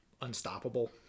unstoppable